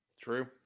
true